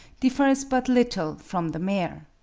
differs but little from the mare.